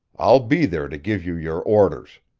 i'll be there to give you your orders.